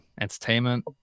Entertainment